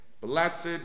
Blessed